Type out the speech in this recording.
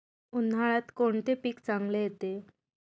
उन्हाळ्यात कोणते पीक चांगले येते?